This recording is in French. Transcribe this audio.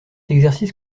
exercice